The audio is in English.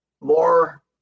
more